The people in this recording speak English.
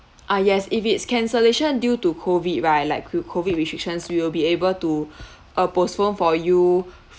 ah yes if it's cancellation due to COVID right like co~ COVID restrictions we will be able to uh postpone for you